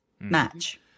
match